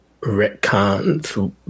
retcons